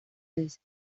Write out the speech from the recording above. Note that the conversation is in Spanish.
vez